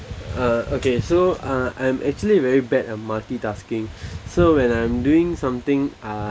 uh okay so uh I'm actually very bad at multitasking so when I'm doing something uh